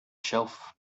shelf